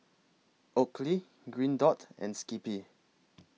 Oakley Green Dot and Skippy